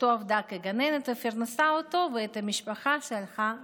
אשתו עבדה כגננת ופרנסה אותו ואת המשפחה שהלכה וגדלה.